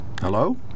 hello